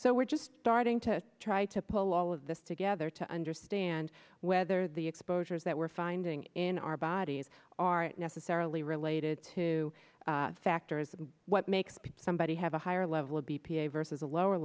so we're just starting to try to pull all of this together to understand whether the exposures that we're finding in our bodies aren't necessarily related to factors of what makes because somebody have a higher level of b p a versus a lower